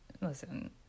listen